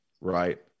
right